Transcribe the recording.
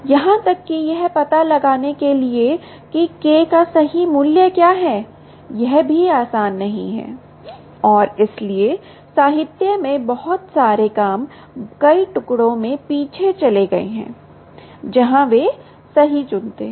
यहां तक कि यह पता लगाने के लिए कि K का सही मूल्य क्या है आसान नहीं है और इसलिए साहित्य में बहुत सारे काम कई टुकड़ों में पीछे चले गए हैं जहां वे सही चुनते हैं